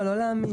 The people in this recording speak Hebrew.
לא להאמין.